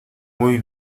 muy